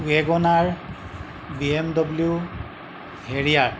WagonR BMW Harrier